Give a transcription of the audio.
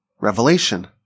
revelation